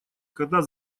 когда